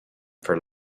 for